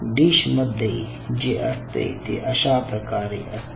dish मध्ये जे असते ते अशा प्रकारे असते